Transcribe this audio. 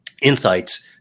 insights